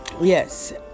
yes